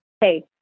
Hey